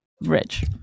Rich